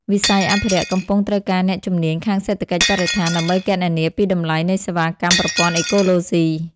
វិស័យអភិរក្សកំពុងត្រូវការអ្នកជំនាញខាងសេដ្ឋកិច្ចបរិស្ថាន ដើម្បីគណនាពីតម្លៃនៃសេវាកម្មប្រព័ន្ធអេកូឡូស៊ី។